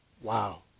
Wow